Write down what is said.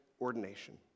ordination